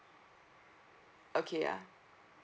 okay ah